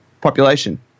population